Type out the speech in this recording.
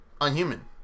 Unhuman